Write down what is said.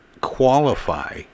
qualify